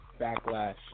backlash